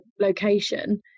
location